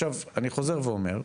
עכשיו אני חוזר ואומר,